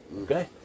Okay